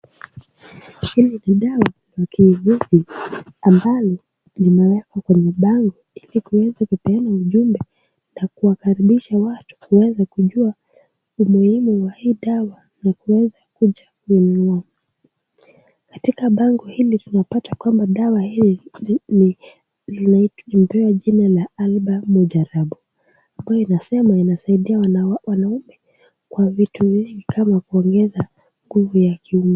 Hili ni dawa ya kienyeji ambalo limewekwa kwenye bango ili kuweze kupeana ujumbe ya kuwakaribisha watu kuweza kujua umuhimu wa hii dawa na kuweza kuja kununua. katika bango ili tunapata kwamba dawa hii inapewa jina la album Mujarabu ambao inasema inasaidia wanaume kwa vitu mingi kama kuongeza nguvu ya kiume.